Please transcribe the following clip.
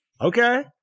okay